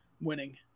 Winning